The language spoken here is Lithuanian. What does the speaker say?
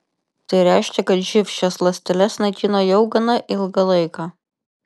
tai reiškia kad živ šias ląsteles naikino jau gana ilgą laiką